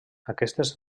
aquestes